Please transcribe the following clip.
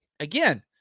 Again